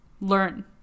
learn